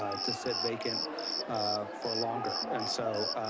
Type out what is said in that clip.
ah to sit vacant for longer. and so,